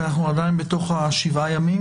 כי אנחנו עדיין בתוך השבעה ימים?